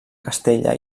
castella